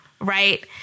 Right